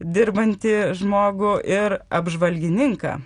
dirbantį žmogų ir apžvalgininką